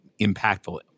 impactful